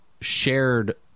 shared